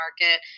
market